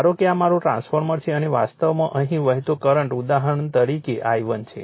ધારો કે આ મારું ટ્રાન્સફોર્મર છે અને વાસ્તવમાં અહીં વહેતો કરંટ ઉદાહરણ તરીકે I1 છે